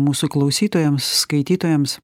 mūsų klausytojams skaitytojams